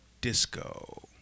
Disco